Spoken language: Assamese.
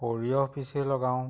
সৰিয়হ পিছি লগাওঁ